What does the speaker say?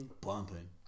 Bumping